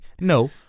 No